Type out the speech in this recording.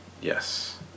Yes